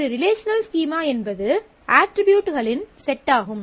ஒரு relational schema என்பது அட்ரிபியூட்களின் செட்டாகும்